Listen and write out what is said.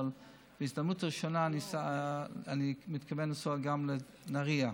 אבל בהזדמנות ראשונה אני מתכוון לנסוע גם לנהריה.